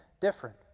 different